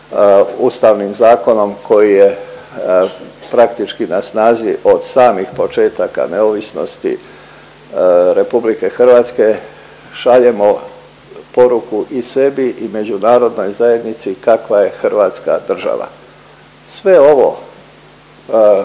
ustavnim zakonom koji je praktički na snazi od samih početaka neovisnosti RH šaljemo poruku i sebi i međunarodnoj zajednici kakva je Hrvatska država. Sve ovo